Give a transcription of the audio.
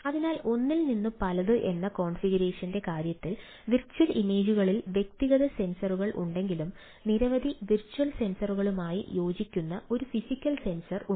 അതിനാൽ ഒന്നിൽ നിന്ന് പലത് എന്ന കോൺഫിഗറേഷന്റെ കാര്യത്തിൽ വിർച്വൽ ഇമേജുകളിൽ വ്യക്തിഗത സെൻസറുകൾ ഉണ്ടെങ്കിലും നിരവധി വിർച്വൽ സെൻസറുകളുമായി യോജിക്കുന്ന ഒരു ഫിസിക്കൽ സെൻസർ ഉണ്ട്